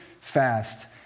fast